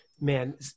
Man